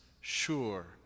sure